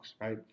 right